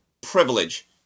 privilege